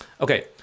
Okay